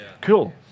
cool